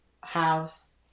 house